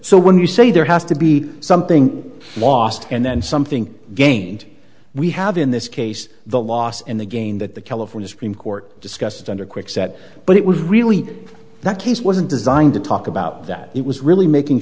so when you say there has to be something lost and then something gained we have in this case the loss and again that the california supreme court discussed under kwikset but it was really that case wasn't designed to talk about that it was really making